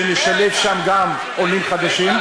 ונשלב שם גם עולים חדשים,